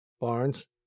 Barnes